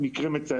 אלה מקרים מצערים.